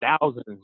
thousands